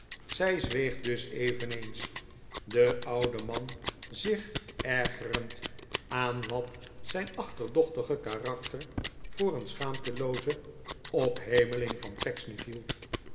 zij zweeg dus eveneens de oude man zich ergerend aan wat zijn achterdochtige karakter voor een scjiaamtelooze ophemeling van pecksniff hield